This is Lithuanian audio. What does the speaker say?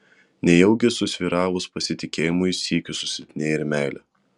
nejaugi susvyravus pasitikėjimui sykiu susilpnėja ir meilė